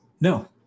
No